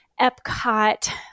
Epcot